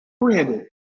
Brandon